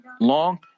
long